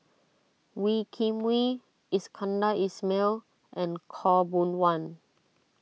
Wee Kim Wee Iskandar Ismail and Khaw Boon Wan